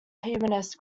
humanist